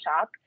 shop